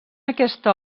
aquesta